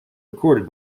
recorded